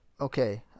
Okay